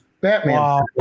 Batman